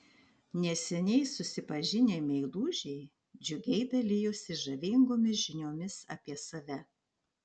neseniai susipažinę meilužiai džiugiai dalijosi žavingomis žiniomis apie save